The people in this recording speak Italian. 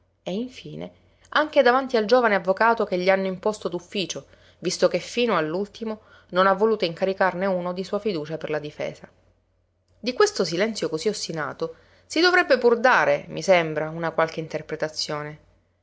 e infine anche davanti al giovane avvocato che gli hanno imposto d'ufficio visto che fino all'ultimo non ha voluto incaricarne uno di sua fiducia per la difesa di questo silenzio cosí ostinato si dovrebbe pur dare mi sembra una qualche interpretazione